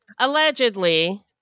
allegedly